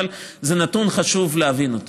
אבל זה נתון שחשוב להבין אותו.